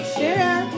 Share